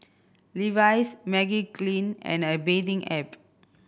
Levi's Magiclean and A Bathing Ape